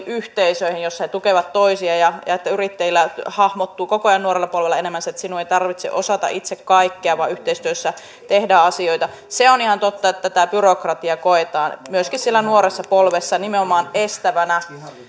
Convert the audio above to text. yhteisöihin joissa he tukevat toisiaan ja siihen että yrittäjillä hahmottuu koko ajan nuorella polvella enemmän se että sinun ei tarvitse osata itse kaikkea vaan yhteistyössä tehdään asioita se on ihan totta että tämä byrokratia koetaan myöskin siellä nuoressa polvessa nimenomaan estävänä